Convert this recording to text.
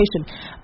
education